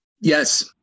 Yes